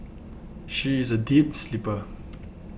she is a deep sleeper